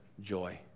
joy